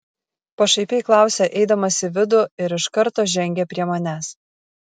pašaipiai klausia eidamas į vidų ir iš karto žengia prie manęs